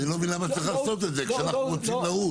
אני לא מבין למה צריך לעשות את זה כשאנחנו ורצים לרוץ.